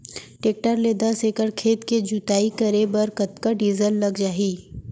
Tractor ले दस एकड़ खेत के जुताई करे बर कतका डीजल लग जाही?